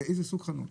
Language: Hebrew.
באיזה סוג חנות.